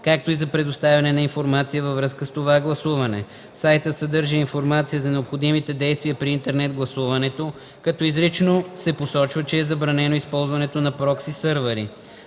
както и за предоставяне на информация във връзка с това гласуване. Сайтът съдържа информация за необходимите действия при интернет гласуването, като изрично се посочва, че е забранено използването на прокси-сървъри.